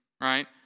right